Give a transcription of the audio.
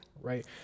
Right